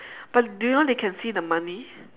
but do you know they can see the money